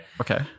Okay